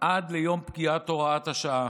עד ליום פקיעת הוראת השעה.